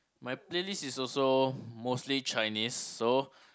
my playlist is also mostly Chinese so